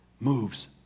Moves